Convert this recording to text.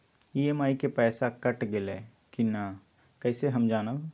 EMI के पईसा cut गेलक कि ना कइसे हम जानब?